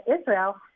israel